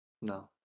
No